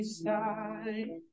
side